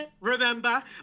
remember